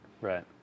Right